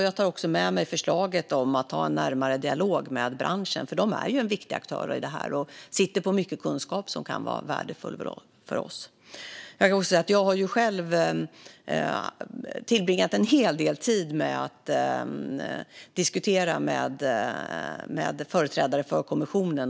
Jag tar också med mig förslaget om att ha en närmare dialog med branschen, för de är en viktig aktör i detta och sitter på mycket kunskap som kan vara värdefull för oss. Jag kan säga att jag har tillbringat en hel del tid med att diskutera med företrädare för kommissionen.